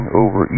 over